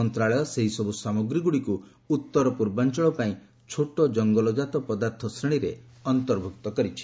ମନ୍ତ୍ରଣାଳୟ ସେହିସବୁ ସାମଗ୍ରୀଗୁଡ଼ିକୁ ଉତର ପୂର୍ବାଂଚଳ ପାଇଁ ଛୋଟ ଜଙ୍ଗଲଜାତ ପଦାର୍ଥ ଶ୍ରେଣୀରେ ଅନ୍ତର୍ଭୁକ୍ତ କରିଛି